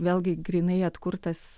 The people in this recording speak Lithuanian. vėlgi grynai atkurtas